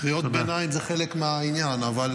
קריאות ביניים זה חלק מהעניין, אבל